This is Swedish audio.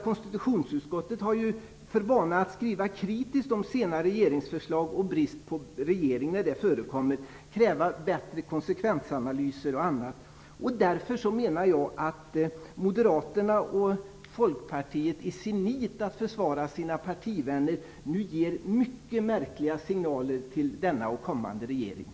Konstitutionsutskottet har ju för vana att skriva kritiskt om sena regeringsförslag och brist på handling från regeringen, när det förekommer, och kräva bättre konsekvensanalyser osv. Därför menar jag att Moderaterna och Folkpartiet i sitt nit att försvara sina partivänner nu ger mycket märkliga signaler till denna och kommande regeringar.